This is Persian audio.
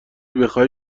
بخای